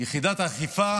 יחידת האכיפה